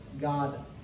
God